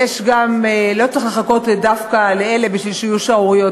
לא צריך לחכות דווקא לאלה בשביל שיהיו שערוריות,